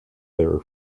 there